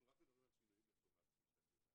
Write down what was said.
אנחנו מדברים רק על שינויים לטובה, כפי שאת יודעת.